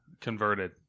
converted